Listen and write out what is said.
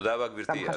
תודה רבה, גברתי.